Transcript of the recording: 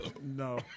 No